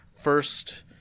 first